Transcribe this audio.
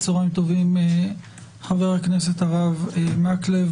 צוהריים טובים חבר הכנסת הרב מקלב,